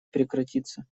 прекратиться